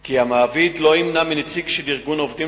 כי המעביד לא ימנע מנציג של ארגון עובדים